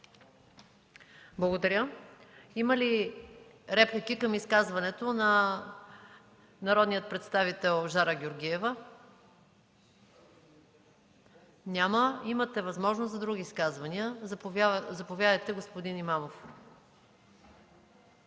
Благодаря. Има ли реплики към изказването на народния представител Жара Георгиева? Няма. Имате възможност за други изказвания. Заповядайте, господин Имамов.